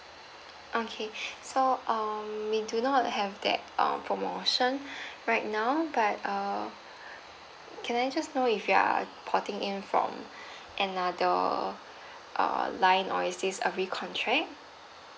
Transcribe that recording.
okay so um we do not have that uh promotion right now but err can I just know if you are porting in from another err line or is this a recontract